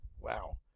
Wow